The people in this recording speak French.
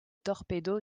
torpedo